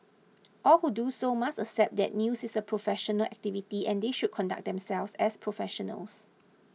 all who do so must accept that news is a professional activity and they should conduct themselves as professionals